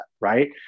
right